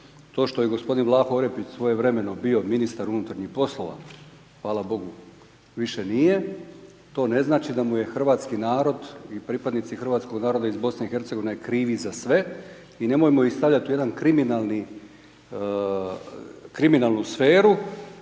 To što je gospodin Vlaho Orepić svojevremeno bio Ministar unutarnjih poslova, hvala Bogu više nije, to ne znači da mu je hrvatski narod i pripadnici hrvatskog naroda iz BiH krivi za sve i nemojmo ih stavljati u jedan kriminalni, kriminalnu sferu.